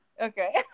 Okay